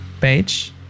page